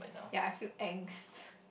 yeah I feel angst